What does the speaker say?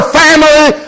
family